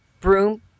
broom